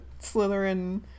Slytherin